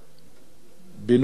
בנובמבר שעבר,